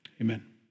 amen